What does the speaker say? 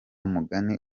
mugani